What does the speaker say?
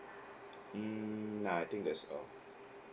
mm nah I think that's all